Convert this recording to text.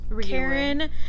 karen